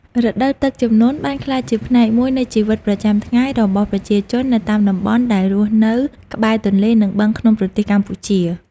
រដូវទឹកជំនន់បានក្លាយជាផ្នែកមួយនៃជីវិតប្រចាំថ្ងៃរបស់ប្រជាជននៅតាមតំបន់ដែលរស់នៅក្បែរទន្លេនិងបឹងក្នុងប្រទេសកម្ពុជា។